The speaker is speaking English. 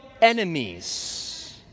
enemies